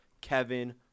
Kevin